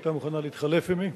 שהיתה מוכנה להתחלף עמי.